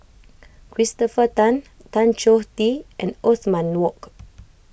Christopher Tan Tan Choh Tee and Othman Wok